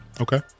Okay